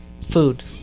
food